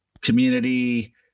community